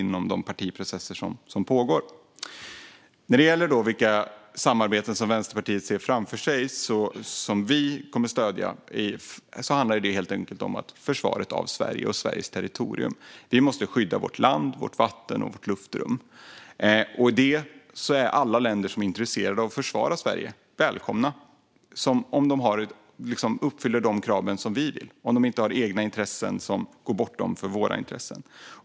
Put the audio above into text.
När det gäller vilka samarbeten Vänsterpartiet ser framför sig och som vi kommer att stödja handlar det helt enkelt om försvaret av Sverige och Sveriges territorium. Vi måste skydda vårt land, vårt vatten och vårt luftrum. I det är alla länder som är intresserade av att försvara Sverige välkomna om de uppfyller de krav som vi har och om de inte har egna intressen som går bortom våra intressen.